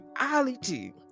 reality